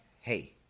hey